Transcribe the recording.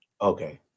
Okay